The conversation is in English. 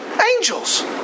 angels